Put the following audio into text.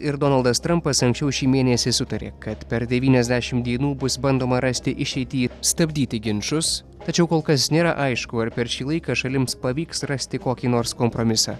ir donaldas trampas anksčiau šį mėnesį sutarė kad per devyniasdešim dienų bus bandoma rasti išeitį stabdyti ginčus tačiau kol kas nėra aišku ar per šį laiką šalims pavyks rasti kokį nors kompromisą